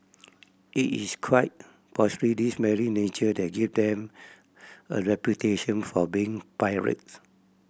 it is quite possibly this very nature that gave them a reputation for being pirates